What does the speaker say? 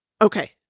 okay